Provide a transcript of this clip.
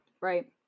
Right